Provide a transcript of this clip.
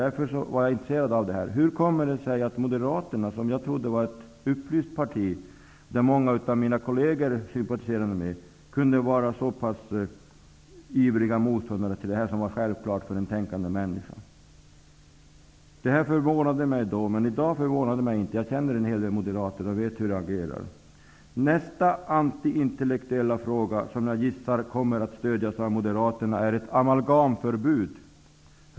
Därför var jag intresserad av hur det kom sig att Moderaterna, som jag trodde var ett upplyst parti och som många av mina kolleger sympatiserar med, kunde vara så pass ivriga motståndare till det som var självklart för den tänkande människan. Detta förvånade mig då. Men i dag förvånar det mig inte. Jag känner en hel del moderater och vet hur de agerar. Nästa antiintellektuella fråga som jag gissar kommer att stödjas av Moderaterna är ett amalgamförbud.